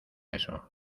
eso